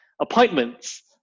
appointments